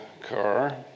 car